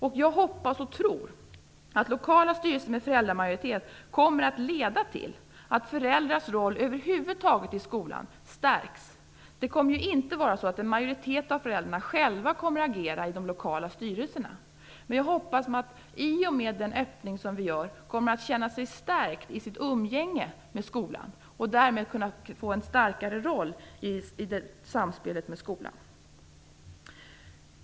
Jag både hoppas och tror att lokala styrelser med föräldramajoritet leder till att föräldrars roll över huvud taget i skolan stärks. Det kommer inte att vara så att en majoritet av föräldrarna själva kommer att agera i de lokala styrelserna, men jag hoppas att de i och med den öppning som vi här gör känner sig stärkta i umgänget med skolan och att de därmed kan få en starkare roll i samspelet med skolan.